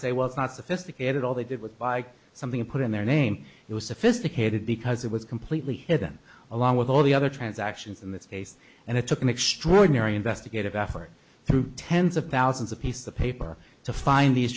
say well it's not sophisticated all they did with bike something put in their name it was sophisticated because it was completely hidden along with all the other transactions in this case and it took an extraordinary investigative effort through tens of thousands of pieces of paper to find these